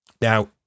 Now